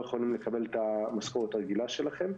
יכולים לקבל את המשכורת הרגילה שלכם.